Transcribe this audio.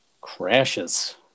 crashes